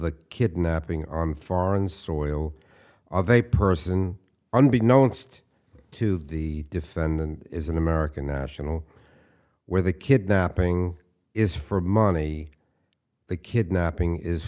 the kidnapping on foreign soil are they person unbeknownst to the defendant is an american national where the kidnapping is for money the kidnapping is